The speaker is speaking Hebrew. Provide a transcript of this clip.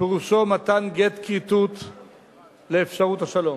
פירושה מתן גט כריתות לאפשרות השלום.